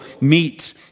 meet